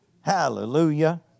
Hallelujah